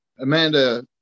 Amanda